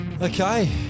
Okay